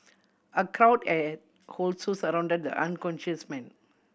a crowd also surrounded the unconscious man